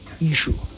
issue